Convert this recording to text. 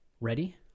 ready